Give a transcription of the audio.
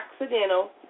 accidental